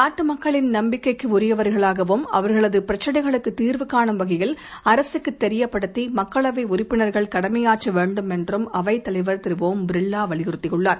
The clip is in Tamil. நாட்டு மக்களின் நம்பிக்கைக்கு உரியவர்களாகவும் அவர்களது பிரச்சனைகளுக்குத் தீர்வு கானும் வகையில் அரசுக்குத் தெரியப்படுத்தி மக்களவை உறுப்பினர்கள் கடமையாற்ற வேண்டும் என்றும் அவைத் தலைவர் திர் ஒம் பிர்லா வலியறுத்தியுள்ளார்